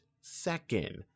second